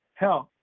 hell,